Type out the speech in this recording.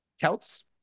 Celts